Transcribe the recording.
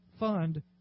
fund